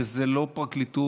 וזאת לא פרקליטות,